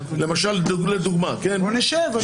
בוא נשב.